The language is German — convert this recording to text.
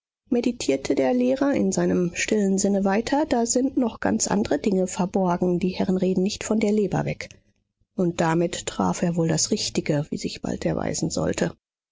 meditierte der lehrer in seinem stillen sinne weiter da sind noch ganz andre dinge verborgen die herren reden nicht von der leber weg und damit traf er wohl das richtige wie sich bald erweisen sollte